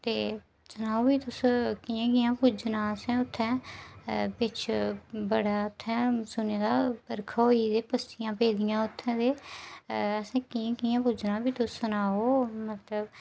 ते सनाओ मिगी तुस कि'यां कि'यां पुज्जना ऐ असें उत्थै बिच्च बड्डा असें सुनेदा बर्खा होई दी पस्सियां पेदियां उत्थै ते असें कि'यां कि'यां पुज्जना असें सनाओ मतलब तुसें गी पता